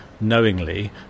knowingly